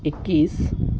इक्कीस